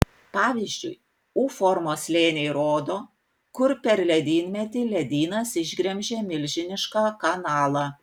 pavyzdžiui u formos slėniai rodo kur per ledynmetį ledynas išgremžė milžinišką kanalą